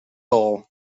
all